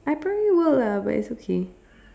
I probably will ah but it's okay